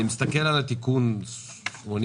אני מסתכל על תיקון 81,